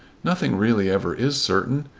nothing really ever is certain.